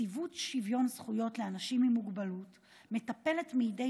נציבות שוויון זכויות לאנשים עם מוגבלות מטפלת מדי